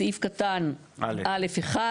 סעיף קטן (א)(1),